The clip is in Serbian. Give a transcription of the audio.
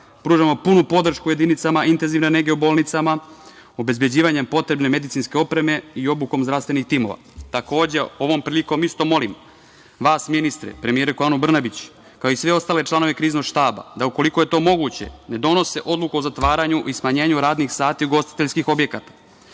pružamo punu podršku jedinicama intenzivne nege u bolnicama, obezbeđivanjem potrebne medicinske opreme i obukom zdravstvenih timova. Takođe, ovom prilikom isto molim vas ministre, premijerku Anu Brnabić, kao i sve ostale članove Kriznog štaba, da ukoliko je to moguće ne donose odluku o zatvaranju i smanjenju radnih sati ugostiteljskih objekata,